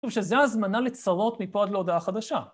שזה ההזמנה לצרות מפה עד להודעה חדשה.